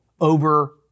over